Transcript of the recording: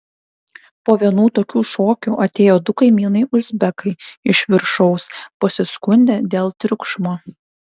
po vienų tokių šokių atėjo du kaimynai uzbekai iš viršaus pasiskundė dėl triukšmo